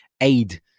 aid